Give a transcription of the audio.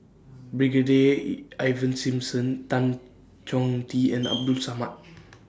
Brigadier E Ivan Simson Tan Chong Tee and Abdul Samad